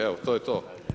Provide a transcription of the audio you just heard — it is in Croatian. Evo, to je to.